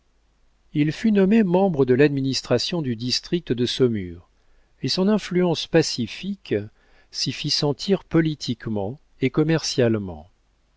il fut nommé membre de l'administration du district de saumur et son influence pacifique s'y fit sentir politiquement et commercialement